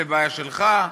זו בעיה שלך?